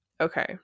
okay